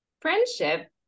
friendship